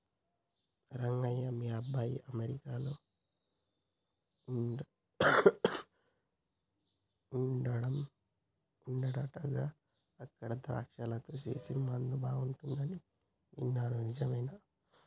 రంగయ్య మీ అబ్బాయి అమెరికాలో వుండాడంటగా అక్కడ ద్రాక్షలతో సేసే ముందు బాగుంటది అని విన్నాను నిజమేనా